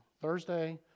Thursday